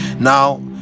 Now